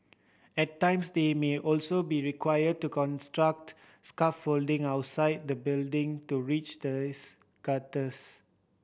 at times they may also be required to construct scaffolding outside the building to reach the these gutters